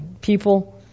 people